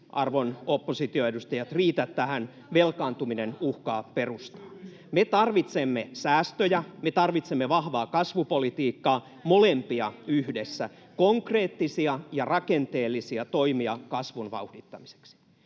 arvon oppositioedustajat, riitä tähän, velkaantuminen uhkaa perustaa. Me tarvitsemme säästöjä ja me tarvitsemme vahvaa kasvupolitiikkaa, molempia yhdessä — konkreettisia ja rakenteellisia toimia kasvun vauhdittamiseksi.